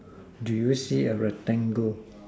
do you see a rectangle